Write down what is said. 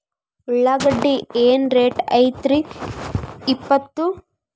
ಉಳ್ಳಾಗಡ್ಡಿ ಏನ್ ರೇಟ್ ಐತ್ರೇ ಇಪ್ಪತ್ತು?